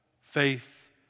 faith